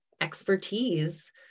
expertise